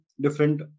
different